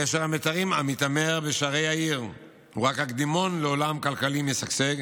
גשר המיתרים המיתמר בשערי העיר הוא רק הקדימון לעולם כלכלי משגשג,